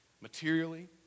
materially